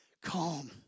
calm